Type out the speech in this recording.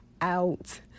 out